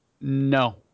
No